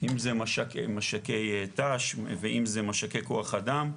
אם זה מש"קי ת"ש ואם זה מש"קי כוח אדם,